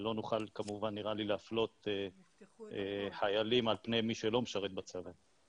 לא נוכל כמובן להפלות חיילים על פני מי שלא משרת בצבא.